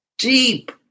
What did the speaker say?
deep